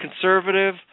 conservative